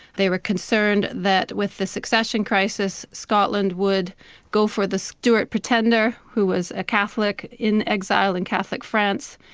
they were concerned that with the succession crisis, scotland would go for the stuart pretender who was a catholic, in exile in catholic france,